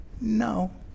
No